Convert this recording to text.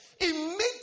immediately